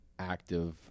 active